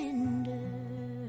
Tender